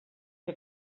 que